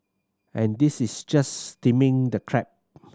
and this is just steaming the crab